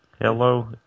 Hello